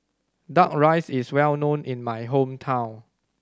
Duck Rice is well known in my hometown